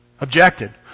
objected